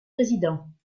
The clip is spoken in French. présidents